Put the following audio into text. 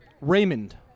Raymond